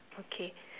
okay